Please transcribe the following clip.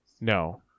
No